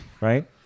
right